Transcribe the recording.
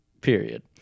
Period